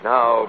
Now